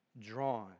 drawn